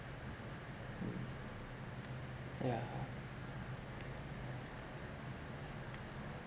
mm yeah